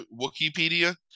Wikipedia